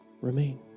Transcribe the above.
remain